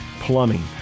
Plumbing